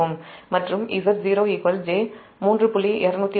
மற்றும் Z0 j3